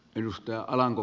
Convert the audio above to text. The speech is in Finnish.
arvoisa puhemies